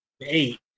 eight